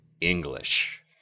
English